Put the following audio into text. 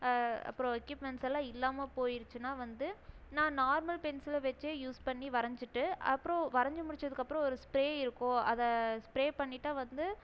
அப்றம் எக்யூப்மென்ட்ஸ் எல்லாம் இல்லாமல் போயிருச்சுனா வந்து நான் நார்மல் பென்சிலை வெச்சே யூஸ் பண்ணி வரைஞ்சிட்டு அப்றம் வரைஞ்சி முடித்ததுக்கு அப்றம் ஒரு ஸ்ப்ரே இருக்கும் அதை ஸ்ப்ரே பண்ணிட்டால் வந்து